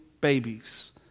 babies